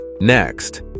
Next